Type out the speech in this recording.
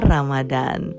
Ramadan